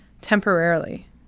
temporarily